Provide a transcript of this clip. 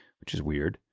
which is weird